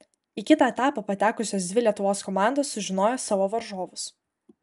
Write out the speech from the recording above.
į kitą etapą patekusios dvi lietuvos komandos sužinojo savo varžovus